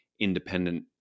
independent